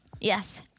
Yes